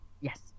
Yes